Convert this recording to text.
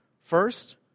First